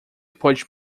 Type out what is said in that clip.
pode